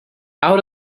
out